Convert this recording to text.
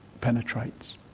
penetrates